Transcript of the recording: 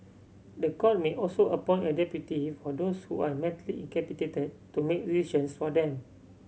the court may also appoint a deputy for those who are mentally incapacitated to make decisions for them